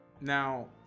now